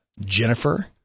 Jennifer